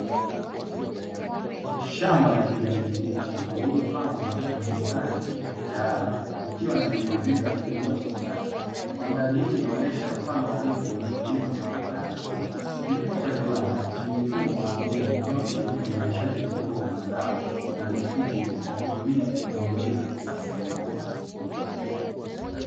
Shamba la kijani kibichi lililopangwa na mistari ya kitaalamu ikiwa na miundombinu ya kilimo cha kisasa. Mandhari hii inaonyesha mfano halisi wa kilimo cha viwanda. Kilimo cha viwanda ni mfumo wa kilimo unaotegemea uzalishaji mkubwa wa mazao na mifugo kwa kutumia teknolojia za kisasa.